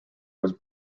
was